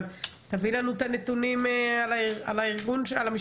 אבל תביאי לנו את הנתונים על המשטרה.